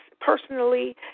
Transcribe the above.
personally